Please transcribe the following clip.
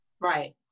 Right